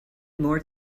more